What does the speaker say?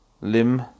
Lim